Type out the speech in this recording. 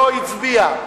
ולא הצביע?